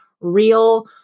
real